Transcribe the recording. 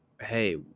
hey